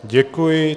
Děkuji.